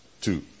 Two